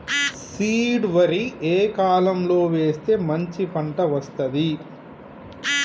Seed వరి ఏ కాలం లో వేస్తే మంచి పంట వస్తది?